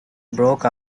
broke